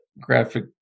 graphic